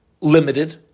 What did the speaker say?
limited